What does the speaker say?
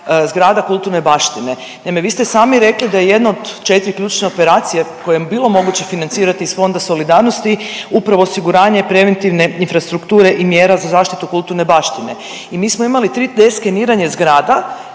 zgrada kulturne baštine? Naime, vi ste sami rekli da je jedna od četri ključne operacije kojom je bilo moguće financirati iz Fonda solidarnosti upravo osiguranje preventivne infrastrukture i mjera za zaštitu kulturne baštine i mi smo imali 3D skeniranja zgrada